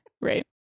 right